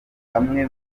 baracyari